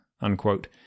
unquote